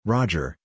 Roger